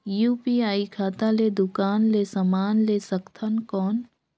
UPI खाता ले दुकान ले समान ले सकथन कौन?